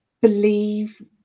believe